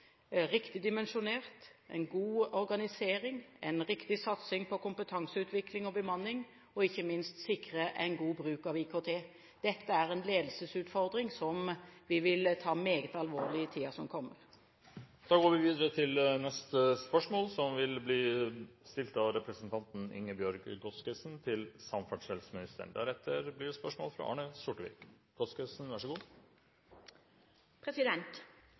riktig dimensjonert, en god organisering, en riktig satsing på kompetanseutvikling og bemanning og ikke minst sikre en god bruk av IKT. Dette er en ledelsesutfordring som vi vil ta meget alvorlig i tiden som kommer. «En familie som hadde bolig 20 meter fra rv. 3 fikk ikke lov til å bygge huset sitt opp igjen etter at det